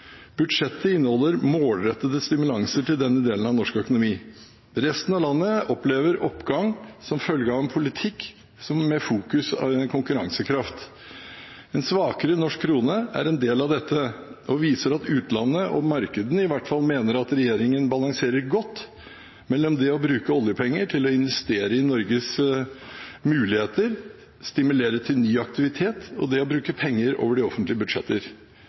Budsjettet inneholder målrettede stimulanser til denne delen av norsk økonomi. Resten av landet opplever oppgang som følge av en politikk som fokuserer på konkurransekraft. En svakere norsk krone er en del av dette og viser at utlandet og markedene i hvert fall mener at regjeringen balanserer godt mellom det å bruke oljepenger til å investere i Norges muligheter og stimulere til ny aktivitet, og det å bruke penger over offentlige budsjetter.